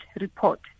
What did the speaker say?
report